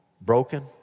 broken